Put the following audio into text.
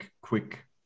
quick